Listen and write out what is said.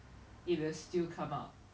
fought for like I guess like don't